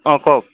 অঁ কওক